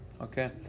Okay